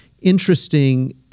interesting